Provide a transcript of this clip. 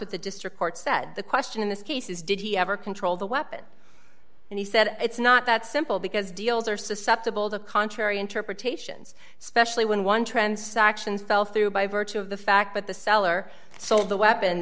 what the district court said the question in this case is did he ever control the weapon and he said it's not that simple because deals are susceptible to contrary interpretations especially when one transactions fell through by virtue of the fact that the seller sold the weapon